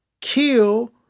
kill